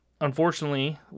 unfortunately